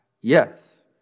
Yes